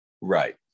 Right